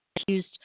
accused